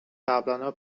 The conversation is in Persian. قبلاًها